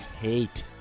Hate